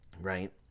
right